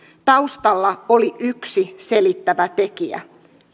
taustalla oli yksi selittävä tekijä